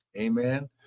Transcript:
Amen